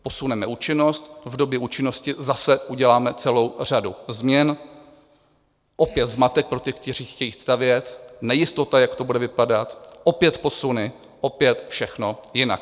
Posuneme účinnost, v době účinnosti zase uděláme celou řadu změn, opět zmatek pro ty, kteří chtějí stavět, nejistota, jak to bude vypadat, opět posuny, opět všechno jinak.